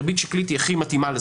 ריבית שקלית היא הכי מתאימה לזה.